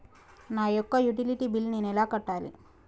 నా యొక్క utility bill నేను ఎలా కట్టాలి?